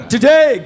Today